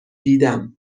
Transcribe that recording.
دیدم